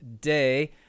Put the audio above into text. day